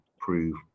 prove